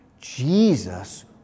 Jesus